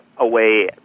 away